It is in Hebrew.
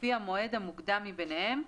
לפי המועד המוקדם מביניהם,